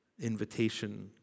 invitation